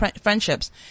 friendships